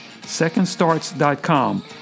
SecondStarts.com